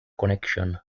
connection